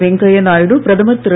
வெங்கையா நாயுடு பிரதமர் திரு